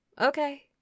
okay